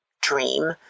dream